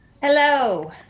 Hello